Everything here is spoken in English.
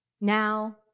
Now